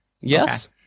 Yes